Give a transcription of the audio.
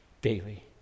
daily